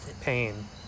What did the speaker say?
pain